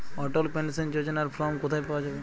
অটল pension যোজনার form কোথায় পাওয়া যাবে?